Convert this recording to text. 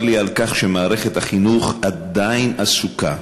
צר לי על כך שמערכת החינוך עדיין עסוקה